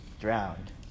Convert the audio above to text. drowned